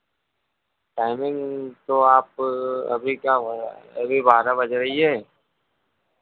timing तो आप अभी क्या हो रहा है अभी बारह बज रही है